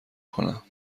کنم